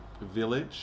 Village